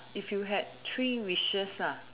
if you had three wishes lah